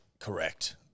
Correct